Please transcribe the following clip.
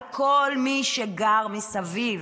על כל מי שגר מסביב.